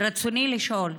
רצוני לשאול: